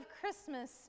Christmas